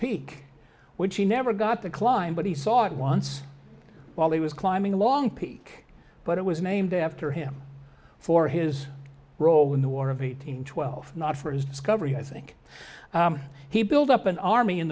peak which he never got to climb but he saw it once while he was climbing a long peak but it was named after him for his role in the war of eighteen twelve not for his discovery i think he built up an army in